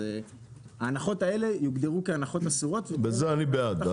אז ההנחות האלה הוגדרו כהנחות אסורות --- בזה אני בעד.